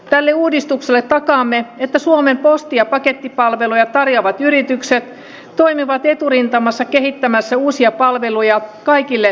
tällä uudistukselle takaamme että suomen posti ja pakettipalveluja tarjoavat yritykset toimivat eturintamassa kehittämässä uusia palveluja kaikille käyttäjäryhmille